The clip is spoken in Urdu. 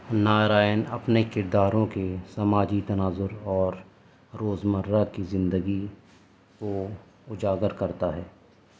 نارائن اپنے کرداروں کے سماجی تناظر اور روزمرہ کی زندگی کو اجاگر کرتا ہے